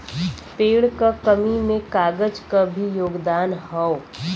पेड़ क कमी में कागज क भी योगदान हौ